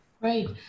Great